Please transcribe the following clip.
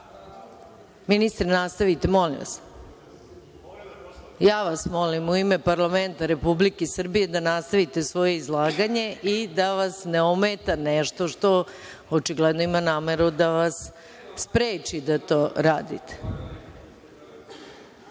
ovde. Ministre, nastavite, molim vas. Ja vas molim u ime parlamenta Republike Srbije da nastavite svoje izlaganje i da vas ne ometa nešto što očigledno ima nameru da vas spreči da to radite.